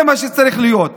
זה מה שצריך להיות.